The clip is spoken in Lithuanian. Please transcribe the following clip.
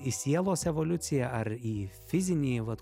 į sielos evoliuciją ar į fizinį vat